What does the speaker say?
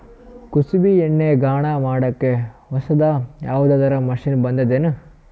ಕುಸುಬಿ ಎಣ್ಣೆ ಗಾಣಾ ಮಾಡಕ್ಕೆ ಹೊಸಾದ ಯಾವುದರ ಮಷಿನ್ ಬಂದದೆನು?